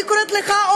אני קוראת לך,